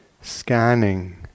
scanning